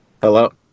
Hello